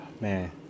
Man